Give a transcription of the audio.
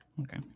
Okay